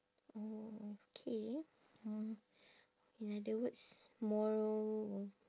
mm K mm in other words moral